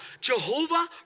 Jehovah